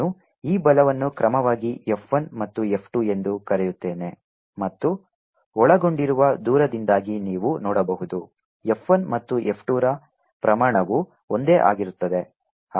ನಾನು ಈ ಬಲವನ್ನು ಕ್ರಮವಾಗಿ F 1 ಮತ್ತು F 2 ಎಂದು ಕರೆಯುತ್ತೇನೆ ಮತ್ತು ಒಳಗೊಂಡಿರುವ ದೂರದಿಂದಾಗಿ ನೀವು ನೋಡಬಹುದು F1 ಮತ್ತು F2 ರ ಪ್ರಮಾಣವು ಒಂದೇ ಆಗಿರುತ್ತದೆ